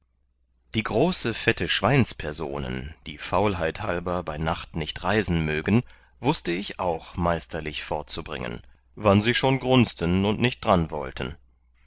die große fette schweinspersonen die faulheit halber bei nacht nicht reisen mögen wußte ich auch meisterlich fortzubringen wann sie schon grunzten und nicht dranwollten